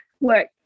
Work